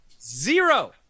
Zero